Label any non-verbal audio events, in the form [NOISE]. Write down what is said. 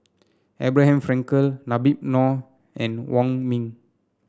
Abraham Frankel [UNINTELLIGIBLE] Noh and Wong Ming